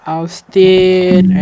Austin